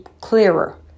clearer